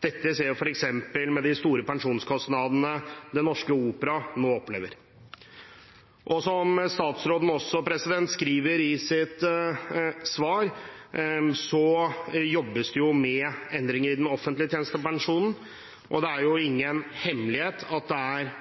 Dette ser vi f.eks. med de store pensjonskostnadene Den Norske Opera nå opplever. Som statsråden skriver i sitt svar, jobbes det med endringer i den offentlige tjenestepensjonen, og det er